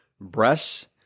Breasts